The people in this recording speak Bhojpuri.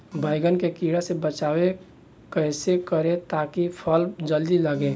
बैंगन के कीड़ा से बचाव कैसे करे ता की फल जल्दी लगे?